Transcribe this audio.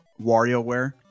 WarioWare